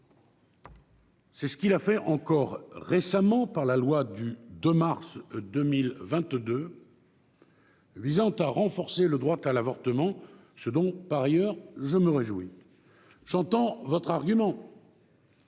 C'est ce qu'il a fait encore récemment, par la loi du 2 mars 2022 visant à renforcer le droit à l'avortement, ce dont, par ailleurs, je me réjouis. J'entends votre argument